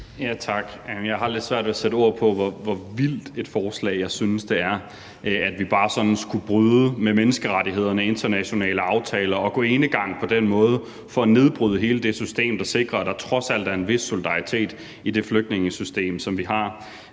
Tak. Jeg har lidt svært ved at sætte ord på, hvor vildt et forslag jeg synes det er, at vi bare sådan skal bryde med menneskerettighederne og internationale aftaler og gå enegang for på den måde at nedbryde hele det system, der sikrer, at der trods alt er en vis solidaritet i det flygtningesystem, som vi har.